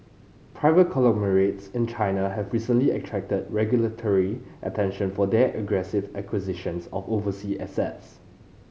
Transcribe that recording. private conglomerates in China have recently attracted regulatory attention for their aggressive acquisitions of overseas assets